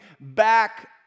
back